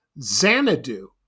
Xanadu